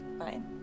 fine